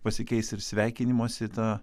pasikeis ir sveikinimosi ta